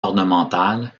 ornementale